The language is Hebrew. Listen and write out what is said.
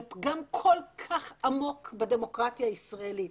זה פגם כל כך עמוק בדמוקרטיה הישראלית